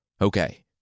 Okay